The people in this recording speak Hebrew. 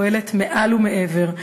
פועלת מעל ומעבר,